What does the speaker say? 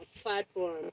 platform